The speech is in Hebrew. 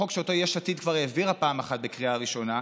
החוק שאותו יש עתיד כבר העבירה פעם אחת בקריאה ראשונה,